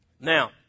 Now